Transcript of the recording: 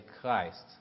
Christ